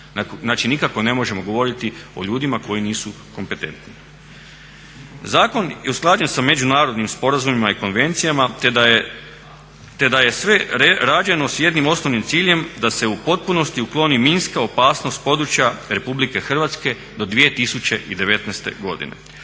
Znači, nikako ne možemo govoriti o ljudima koji nisu kompetentni. Zakon je usklađen sa međunarodnim sporazumima i konvencijama te je sve rađeno s jednim osnovnim ciljem da se u potpunosti ukloni minska opasnost s područja RH do 2019. godine.